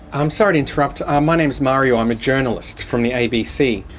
i'm sorry to interrupt. um my name's mario. i'm a journalist from the abc.